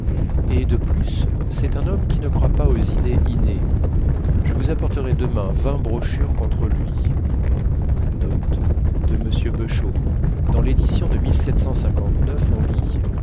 et de plus c'est un homme qui ne croit pas aux idées innées je vous apporterai demain vingt brochures contre lui